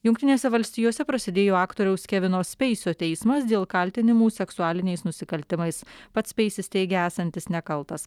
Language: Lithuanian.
jungtinėse valstijose prasidėjo aktoriaus kevino speisio teismas dėl kaltinimų seksualiniais nusikaltimais pats speisis teigia esantis nekaltas